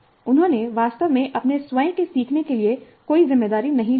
उन्होंने वास्तव में अपने स्वयं के सीखने के लिए कोई जिम्मेदारी नहीं ली है